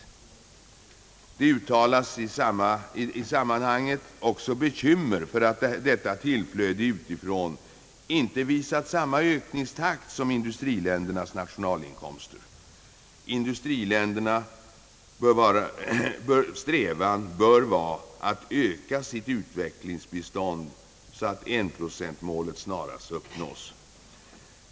Vidare uttalas bekymmer för att detta tillflöde utifrån inte visat samma ökningstakt som industriländernas nationalinkomster. Industriländernas strävan bör vara att öka sitt utvecklingsbistånd, så att enprocentmålet snarast uppnås.